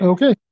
Okay